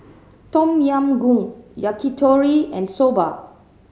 Tom Yam Goong Yakitori and Soba